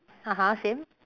(uh huh) same